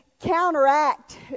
counteract